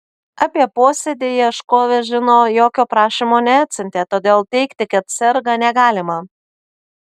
apie posėdį ieškovė žino jokio prašymo neatsiuntė todėl teigti kad serga negalima